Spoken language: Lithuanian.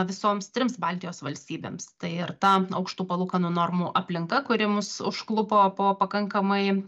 visoms trims baltijos valstybėms tai ir tam aukštų palūkanų normų aplinka kuri mus užklupo po pakankamai